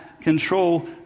control